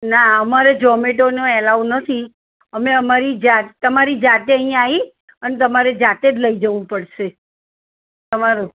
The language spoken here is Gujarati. ના અમારે ઝોમેટોનું એલાઉ નથી અમે અમારી તમારી જાતે અહીં આવી અને તમારે જાતે જ લઈ જવું પડશે તમારું